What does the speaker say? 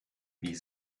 wie